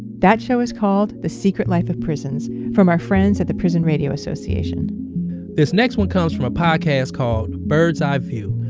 that show is called the secret life of prisons from our friends at the prison radio association this next one comes from a podcast called birds eye view,